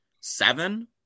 seven